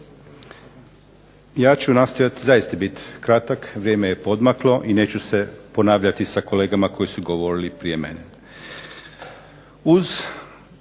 Ja ću nastojati zaista biti kratak, vrijeme je podmaklo i neću se ponavljati sa kolegama koji su govorili prije mene.